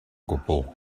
gwbl